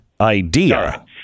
idea